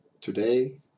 Today